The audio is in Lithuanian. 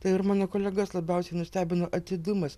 tai ir mano kolegas labiausiai nustebino atidumas